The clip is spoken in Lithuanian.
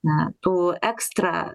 na tų ekstra